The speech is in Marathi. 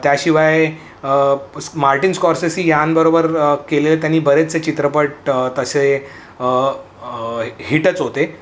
त्याशिवाय स्मार्टीन स्कॉर्सेसी यांबरोबर केलेलं त्यांनी बरेचसे चित्रपट तसे हिटच होते